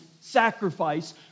sacrifice